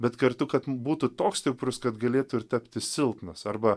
bet kartu kad būtų toks stiprus kad galėtųir tapti silpnas arba